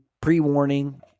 pre-warning